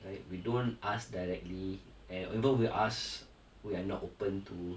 right we don't ask directly and even with us we are not open to